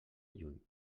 juny